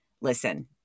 listen